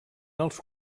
els